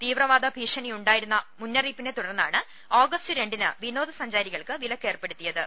തീവ്രവാദ ഭീഷണിയു ണ്ടെന്ന മുന്നറിയിപ്പിനെ തുടർന്നാണ് ആഗസ്റ്റ് രണ്ടിന് വിനോദ സഞ്ചാരികൾക്ക് വിലക്ക് ഏർപ്പെടുത്തിയത്